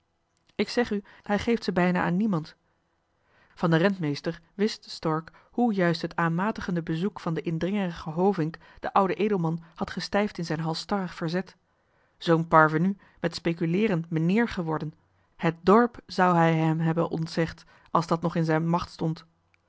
ik zeg u hij geeft ze bijna aan niemand van den rentmeester wist stork hoe juist het aanmatigende bezoek van den indringerigen hovink den ouden edelman had gestijfd in zijn halsstarrig verzet zoo'n parvenu met spekuleeren meneer geworden het drp zou hij hem hebben ontzegd als het nog in zijne macht stond